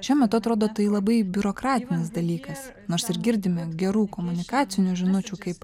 šiuo metu atrodo tai labai biurokratinis dalykas nors ir girdime gerų komunikacinių žinučių kaip